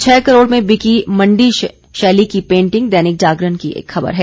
छह करोड़ में बिकी मंडी शैली की पेंटिंग दैनिक जागरण की एक खबर है